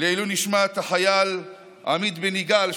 לעילוי נשמת החייל עמית בן יגאל,